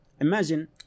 imagine